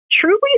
truly